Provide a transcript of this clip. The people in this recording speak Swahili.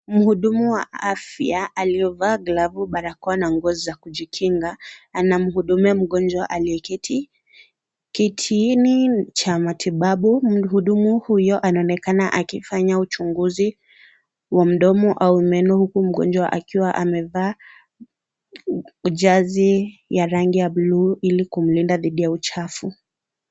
Muhudumu wa afya aliyevaa glavu barakoa na nguo za kujikinga, anamuhudumia mgonjwa aliyeketi kitini cha matibabu, muhudumu huyo anaonekana akifanya uchunguzi wa mdomo au meno huku mgonjwa akiwa amevaa jezi ya rangi ya bluu ilikumlinda didhi ya uchafu.